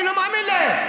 אני לא מאמין להם,